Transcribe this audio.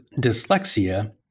dyslexia